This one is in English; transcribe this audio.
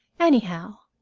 anyhow,